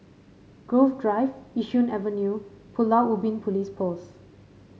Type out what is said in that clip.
Grove Drive Yishun Avenue and Pulau Ubin Police Post